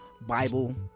Bible